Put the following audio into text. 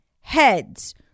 heads